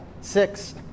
six